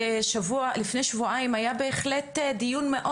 שלפני שבועיים היה לנו דיון בהחלט מאוד